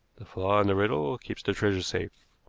the flaw in the riddle keeps the treasure safe.